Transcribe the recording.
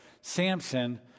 Samson